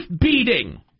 beating